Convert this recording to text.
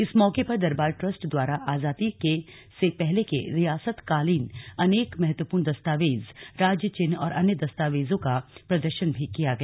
इस मौके पर दरबार ट्रस्ट द्वारा आजादी से पहले के रियासत कालीन अनेक महत्वपूर्ण दस्तावेज राज्य चिन्ह और अन्य दस्तावेजों का प्रदर्शन भी किया गया